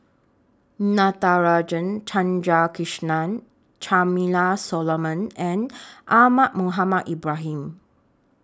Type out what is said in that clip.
Natarajan Chandrasekaran Charmaine Solomon and Ahmad Mohamed Ibrahim